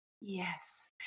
Yes